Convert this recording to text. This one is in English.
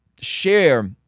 share